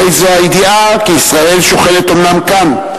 הרי זו הידיעה כי ישראל שוכנת אומנם כאן,